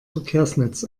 verkehrsnetz